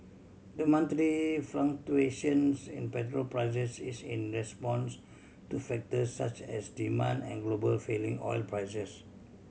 the monthly fluctuations in petrol prices is in response to factors such as demand and global falling oil prices